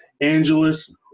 Angeles